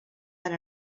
van